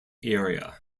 area